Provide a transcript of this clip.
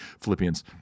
Philippians